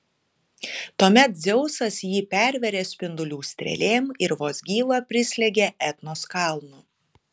tuomet dzeusas jį pervėrė spindulių strėlėm ir vos gyvą prislėgė etnos kalnu